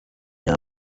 yaba